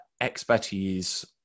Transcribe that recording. expertise